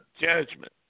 judgment